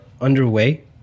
underway